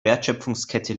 wertschöpfungskette